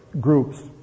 groups